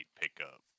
pickup